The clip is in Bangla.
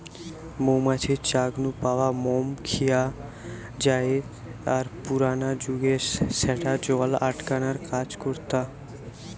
মৌ মাছির চাক নু পাওয়া মম খিয়া জায় আর পুরানা জুগে স্যাটা জল আটকানার কাজ করতা